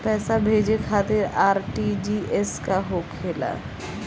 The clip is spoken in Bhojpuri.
पैसा भेजे खातिर आर.टी.जी.एस का होखेला?